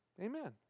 Amen